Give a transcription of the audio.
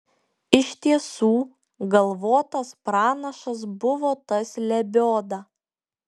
iš tiesų galvotas pranašas buvo tas lebioda